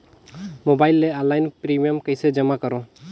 Mobile ले online premium कइसे जमा करों?